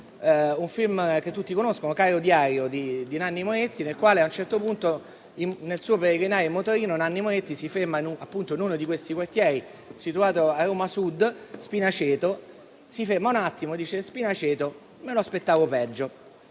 un film che tutti conoscono, «Caro Diario» di Nanni Moretti, nel quale a un certo punto, nel suo peregrinare in motorino, Nanni Moretti si ferma in un quartiere, situato a Roma Sud - Spinaceto - e dice: Spinaceto, me lo aspettavo peggio.